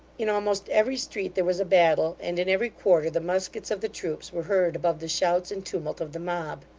in almost every street, there was a battle and in every quarter the muskets of the troops were heard above the shouts and tumult of the mob.